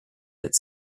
its